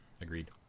agreed